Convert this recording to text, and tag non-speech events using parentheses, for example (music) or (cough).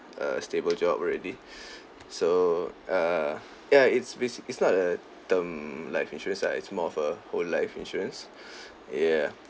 a stable job already (breath) so err ya it's bas~ it's not a term life insurance lah it's more of a whole life insurance (breath) yeah